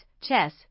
chess